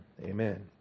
Amen